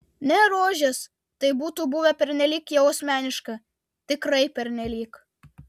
ne rožės tai būtų buvę pernelyg jau asmeniška tikrai pernelyg